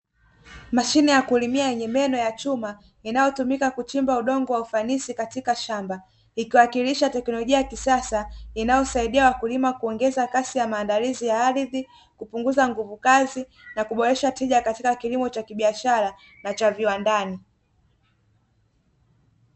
Mashine ya kulimia yenye meno ya chuma inayotumika kuchimba udongo wa ufanisi katika shamba, ikiwakilisha teknolojia ya kisasa inayosaidia wakulima kuongeza kasi ya maandalizi ya ardhi, kupunguza nguvu kazi na kuboresha tija katika kilimo cha kibiashara na cha viwandani.